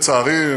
לצערי,